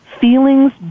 Feelings